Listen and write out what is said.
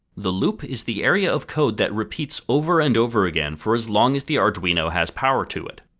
the loop is the area of code that repeats over and over again for as long as the arduino has power to it.